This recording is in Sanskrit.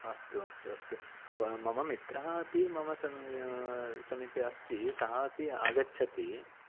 अस्तु अस्तु अस्तु मम मित्रम् अपि मम सम मम समीपे अस्ति सः अपि आगच्छति